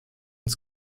uns